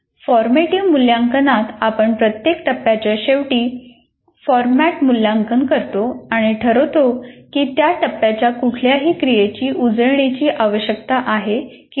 formative मूल्यांकनात आपण प्रत्येक टप्प्याच्या शेवटी फॉरमॅट मूल्यांकन करतो आणि ठरवतो की त्या टप्प्याच्या कुठल्याही क्रियेची उजळणीची आवश्यकता आहे का नाही